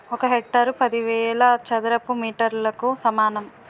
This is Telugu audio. ఒక హెక్టారు పదివేల చదరపు మీటర్లకు సమానం